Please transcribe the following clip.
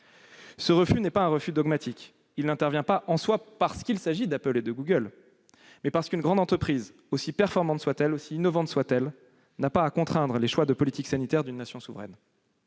Ce refus n'a rien de dogmatique. Il n'est pas opposé, en soi, parce qu'il s'agit d'Apple et de Google ; mais parce qu'une grande entreprise, si performante et innovante soit-elle, n'a pas à contraindre les choix de politique sanitaire d'une nation souveraine